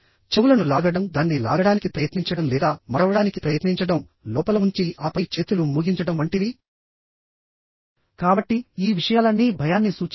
చెవులను లాగడం దాన్ని లాగడానికి ప్రయత్నించడం లేదా మడవడానికి ప్రయత్నించడం లోపల ఉంచి ఆపై చేతులు మోగించడం వంటివికాబట్టి ఈ విషయాలన్నీ భయాన్ని సూచిస్తాయి